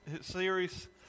series